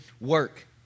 work